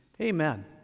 Amen